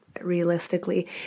realistically